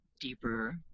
deeper